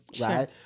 Right